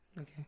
Okay